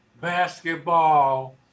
basketball